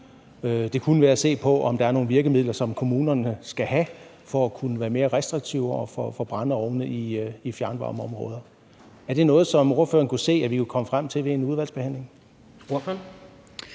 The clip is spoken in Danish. Det kunne også være at se på, om der er nogen virkemidler, som kommunerne skal have for at kunne være mere restriktive over for brændeovne i fjernvarmeområder. Er det noget, som ordføreren kunne se at vi kunne komme frem til via en udvalgsbehandling?